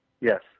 Yes